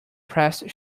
pressed